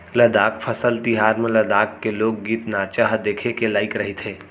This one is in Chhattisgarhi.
लद्दाख फसल तिहार म लद्दाख के लोकगीत, नाचा ह देखे के लइक रहिथे